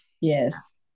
Yes